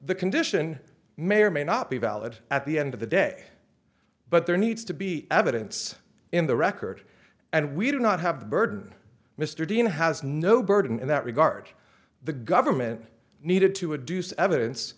the condition may or may not be valid at the end of the day but there needs to be evidence in the record and we do not have the burden mr dean has no burden in that regard the government needed to a duce evidence